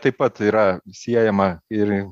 taip pat yra siejama ir